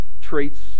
traits